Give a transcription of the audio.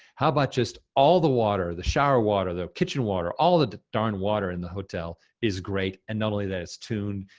how about just all the water, the shower water, the kitchen water, all of the darn water in the hotel, is great, and not only that, it's tuned,